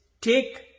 take